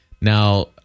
Now